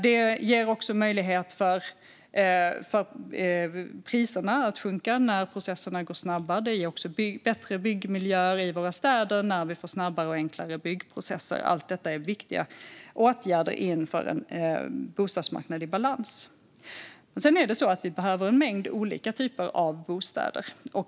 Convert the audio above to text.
Det ger också möjlighet för priserna att sjunka när processerna går snabbare, och det ger bättre byggmiljöer i våra städer när vi får snabbare och enklare byggprocesser. Allt detta är viktiga åtgärder inför en bostadsmarknad i balans. Vi behöver en mängd olika typer av bostäder.